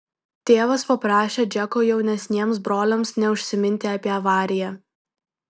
tėvas paprašė džeko jaunesniems broliams neužsiminti apie avariją